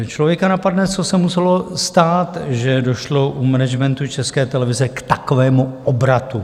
Člověka napadne, co se muselo stát, že došlo u managementu České televize k takovému obratu?